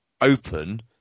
open